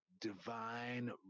divine